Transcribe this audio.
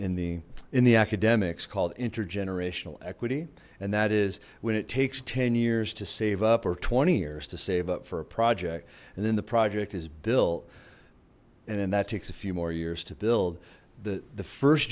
in the in the academics called intergenerational equity and that is when it takes ten years to save up or twenty years to save up for a project and then the project is built and then that takes a few more years to build the the first